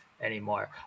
anymore